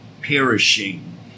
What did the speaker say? perishing